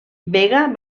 vega